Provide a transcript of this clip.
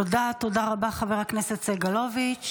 תודה רבה, חבר הכנסת סגלוביץ'.